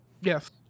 Yes